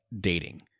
dating